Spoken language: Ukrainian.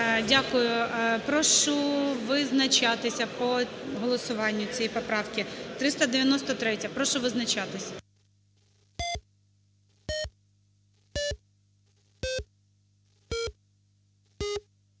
Дякую. Прошу визначатися по голосуванню цієї поправки. 393-я, прошу визначатись.